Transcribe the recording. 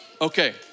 Okay